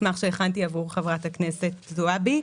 מסמך שהכנתי עבור חברת הכנסת זועבי.